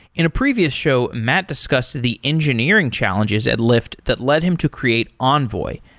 in a previous show, matt discussed the engineering challenges at lyft that led him to create envoy,